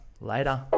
Later